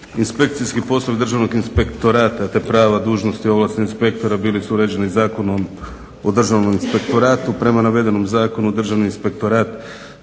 "Inspekcijski poslovi Državnog inspektorata te prava, dužnosti i ovlasti inspektora bili su uređeni Zakonom o Državnom inspektoratu. Prema navedenom zakonu Državni inspektorat